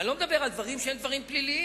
ואני לא מדבר על דברים שהם דברים פליליים.